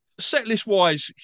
setlist-wise